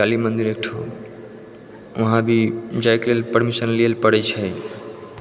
काली मन्दिर एकठो वहाँ भी जाइके लेल परमिशन लिएलऽ पड़ै छै